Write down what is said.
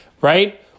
right